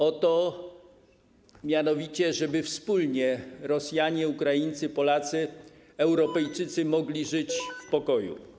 O to mianowicie, żeby wspólnie Rosjanie, Ukraińcy, Polacy, Europejczycy mogli żyć w pokoju.